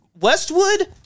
Westwood